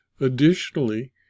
Additionally